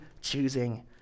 choosing